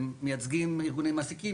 הם מייצגים ארגוני מעסיקים,